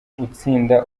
utsinda